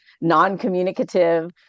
non-communicative